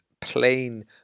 plain